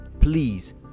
please